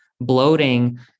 bloating